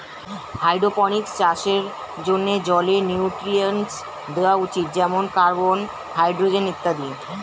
hydroponics চাষের জন্যে জলে নিউট্রিয়েন্টস দেওয়া উচিত যেমন কার্বন, হাইড্রোজেন ইত্যাদি